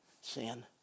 sin